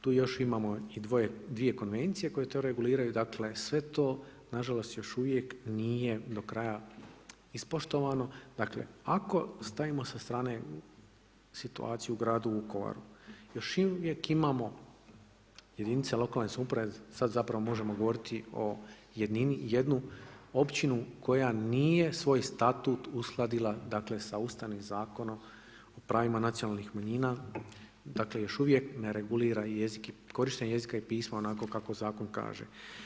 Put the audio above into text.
Tu još imamo i 2 konvencije koje tu reguliraju, dakle, sve to nažalost, još uvijek nije do kraja ispoštovalo, dakle, ako stavimo sa strane situaciju u gradu Vukovaru, još uvijek imamo jedinice lokalne samouprave, sada zapravo možemo govoriti o jednini, jednu općinu, koja nije svoj statut uskladila sa Ustavnim zakona pravima nacionalnih manjina, dakle, još uvijek ne regulira korištenje i jezika i pisma onako kako zakon kaže.